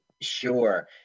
sure